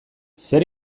zer